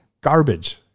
garbage